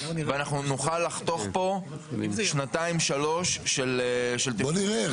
ואנחנו נוכל לחתוך פה שנתיים שלוש של --- בוא נראה.